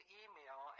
email